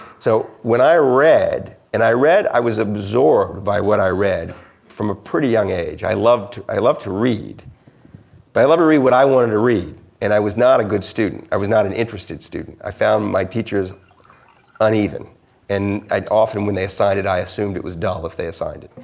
so, when i read, and when i read i was absorbed by what i read from a pretty young age. i loved i loved to read. but i loved to read what i wanted to read and i was not a good student. i was not an interested student. i found my teachers uneven and i often when they assigned it i assumed it was dull if they assigned it.